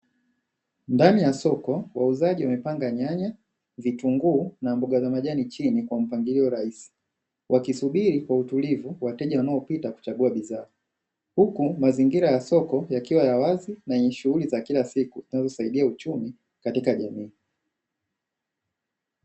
Ndani ya soko wauzaji wamepanga nyanya, vitunguu na mboga za majani chini kwa mpangilio rahisi, wakisubiri kwa utulivu wateja wanaopita kuchagua bidhaa, huku mazingira ya soko yakiwa ya wazi na yenye shughuli za kila siku tunazosaidia uchumi katika jamii.